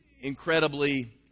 incredibly